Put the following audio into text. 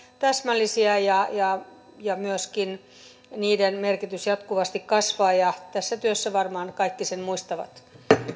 täsmällisiä ja ja joiden merkitys myöskin jatkuvasti kasvaa ja tässä työssä varmaan kaikki sen muistavat